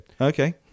Okay